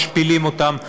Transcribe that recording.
משפילים אותם,